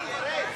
זה ירד,